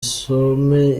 usome